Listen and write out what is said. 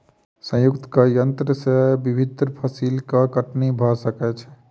संयुक्तक यन्त्र से विभिन्न फसिलक कटनी भ सकै छै